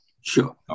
Sure